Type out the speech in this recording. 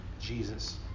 Jesus